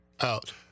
out